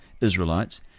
Israelites